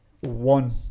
one